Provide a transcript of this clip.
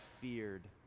feared